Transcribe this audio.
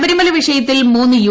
ശബരിമല വിഷയത്തിൽ മൂന്ന് യു